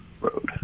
road